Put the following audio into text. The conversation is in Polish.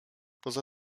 poza